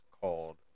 called